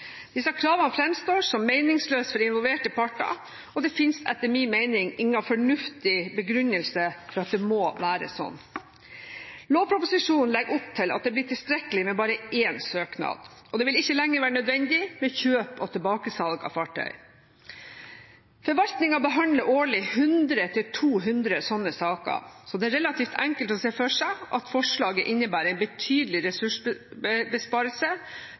Disse kravene framstår som meningsløse for involverte parter, og det finnes etter min mening ingen fornuftig begrunnelse for at det må være slik. Lovproposisjonen legger opp til at det blir tilstrekkelig med bare én søknad, og det vil ikke lenger være nødvendig med kjøp og tilbakesalg av fartøy. Forvaltningen behandler årlig 100–200 slike saker, så det er relativt enkelt å se for seg at forslaget innebærer en betydelig